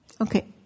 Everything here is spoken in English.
Okay